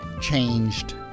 changed